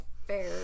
Fair